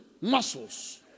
Muscles